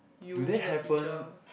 you meet the teacher